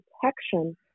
protection